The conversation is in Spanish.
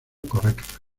correcta